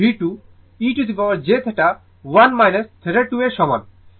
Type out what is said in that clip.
এবং এটি V1V2 e jθ 1 θ2 এর সমান